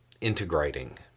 integrating